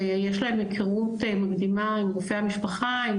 ויש להם היכרות מקדימה עם רופא המשפחה ועם